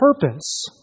purpose